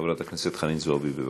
חברת הכנסת חנין זועבי, בבקשה.